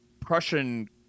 Prussian